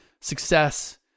success